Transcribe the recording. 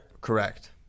Correct